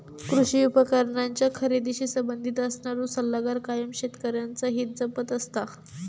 कृषी उपकरणांच्या खरेदीशी संबंधित असणारो सल्लागार कायम शेतकऱ्यांचा हित जपत असता